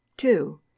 Two